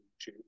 YouTube